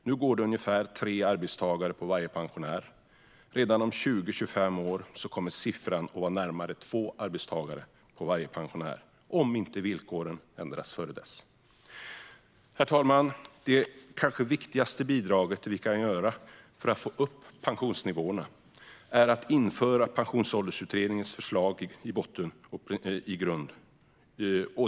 Nu går det ungefär tre arbetstagare på varje pensionär. Redan om 20-25 år kommer det att vara närmare två arbetstagare på varje pensionär om inte villkoren ändras innan dess. Fru talman! Det kanske viktigaste vi kan göra för att få upp pensionsnivåerna är att införa Pensionsåldersutredningens förslag och principer.